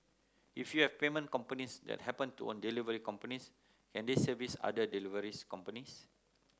if you have payment companies that happen to own delivery companies can they service other delivery companies